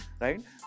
right